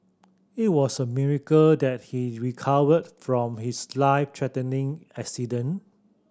it was a miracle that he recovered from his life threatening accident